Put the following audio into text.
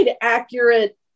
accurate